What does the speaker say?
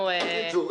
אנחנו --- בקיצור,